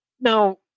Now